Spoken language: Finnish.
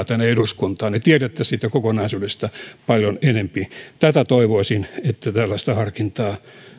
tänne eduskuntaan niin että tietäisimme siitä kokonaisuudesta paljon enempi toivoisin että tällaista harkintaa